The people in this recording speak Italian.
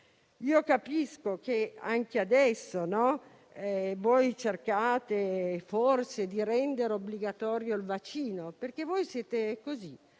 Capisco che anche adesso voi cerchiate forse di rendere obbligatorio il vaccino, perché voi siete così: